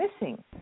missing